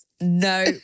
No